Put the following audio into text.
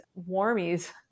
warmies